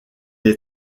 est